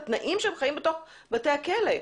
התנאים שהם חיים בתוך בתי הכלא.